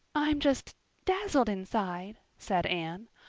i'm just dazzled inside, said anne.